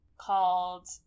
called